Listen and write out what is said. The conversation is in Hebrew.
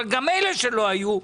אבל גם אלה שלא היו,